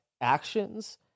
actions